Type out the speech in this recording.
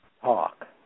talk